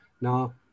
Now